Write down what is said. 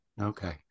Okay